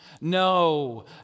no